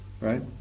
Right